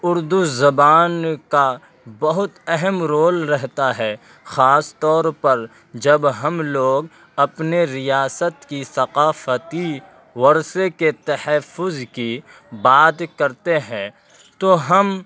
اردو زبان کا بہت اہم رول رہتا ہے خاص طور پر جب ہم لوگ اپنے ریاست کی ثقافتی ورثے کے تحفظ کی بات کرتے ہیں تو ہم